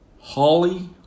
Holly